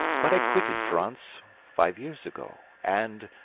but i quitted france five years ago, and,